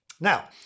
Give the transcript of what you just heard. Now